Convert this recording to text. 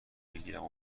بگیرم